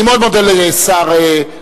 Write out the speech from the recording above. אני מאוד מודה לשר הרווחה.